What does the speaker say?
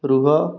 ରୁହ